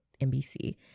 NBC